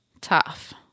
tough